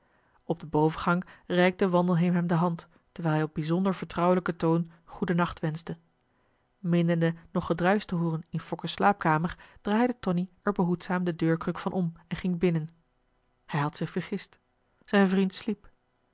op den bovengang reikte wandelheem hem de hand terwijl hij op bijzonder vertrouwelijken toon goeden nacht wenschte meenende nog gedruisch te hooren in fokke's slaapkamer draaide tonie er behoedzaam de deurkruk van om en ging binnen hij had zich vergist zijn vriend sliep